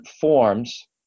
forms